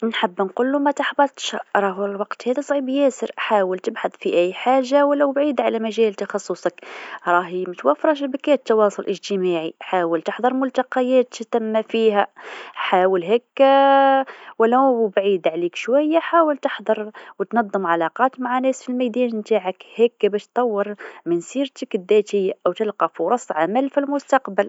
نحب نقلو ما تحبطش راهو الوقت هذا صعيب ياسر حاول تبحث في أي حاجه ولو بعيد على مجال تخصصك راهي متوفره شبكات تواصل اجتماعي حاول تحضر ملتقيات تتولهى فيها، حاول هكه ولو بعيد عليك شويه حاول تحضر وتنظم علاقات مع ناس في الميدان تاعك هكه باش تطور من سيرتك الذاتيه و تلقى فرص عمل في المستقبل.